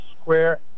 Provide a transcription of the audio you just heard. Square